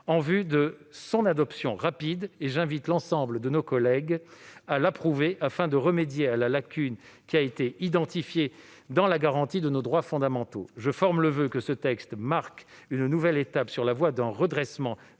en vue de son adoption rapide. J'invite l'ensemble de nos collègues à l'approuver, afin de remédier à la lacune qui a été identifiée dans la garantie de nos droits fondamentaux. Je forme le voeu que ce texte marque une nouvelle étape sur la voie d'un redressement